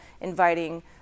inviting